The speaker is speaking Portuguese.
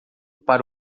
para